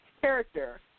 character